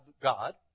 God